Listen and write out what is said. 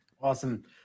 Awesome